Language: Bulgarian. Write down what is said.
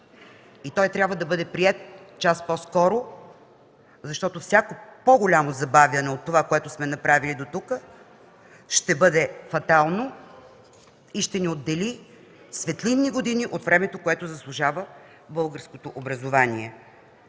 и той трябва да бъде приет час по-скоро, защото всяко по-голямо забавяне от това, което сме направили до тук, ще бъде фатално и ще ни отдели светлинни години от времето, което заслужава българското образование.